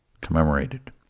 commemorated